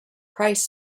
price